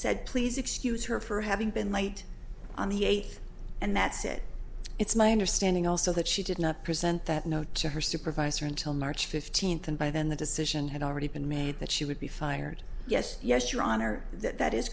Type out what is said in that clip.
said please excuse her for having been light on the eighth and that's it it's my understanding also that she did not present that note to her supervisor until march fifteenth and by then the decision had already been made that she would be fired yes yes your honor that that is